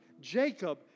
Jacob